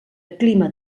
clima